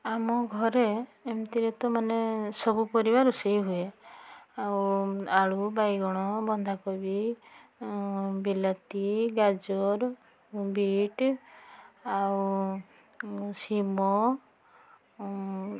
ଆମ ଘରେ ଏମିତିରେ ତ ମାନେ ସବୁ ପରିବା ରୋଷେଇ ହୁଏ ଆଉ ଆଳୁ ବାଇଗଣ ବନ୍ଧାକୋବି ବିଲାତି ଗାଜର ବିଟ୍ ଆଉ ସିମ